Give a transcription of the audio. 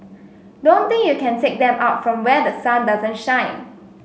don't think you can take them out from where the sun doesn't shine